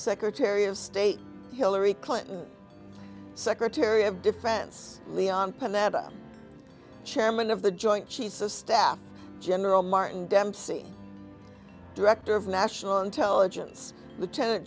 secretary of state hillary clinton secretary of defense leon panetta chairman of the joint chiefs of staff general martin dempsey director of national intelligence lieutenant